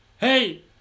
Hey